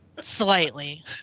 slightly